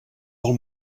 del